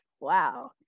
wow